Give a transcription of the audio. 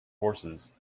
horses